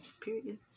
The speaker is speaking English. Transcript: Period